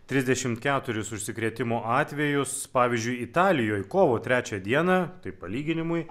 trisdešim keturis užsikrėtimo atvejus pavyzdžiui italijoj kovo trečią dieną tai palyginimui